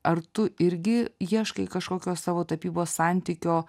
ar tu irgi ieškai kažkokios savo tapybos santykio